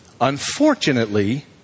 Unfortunately